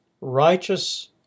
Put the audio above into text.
Righteous